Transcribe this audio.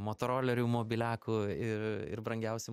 motorolerių mobiliakų ir ir brangiausių